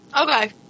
Okay